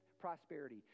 prosperity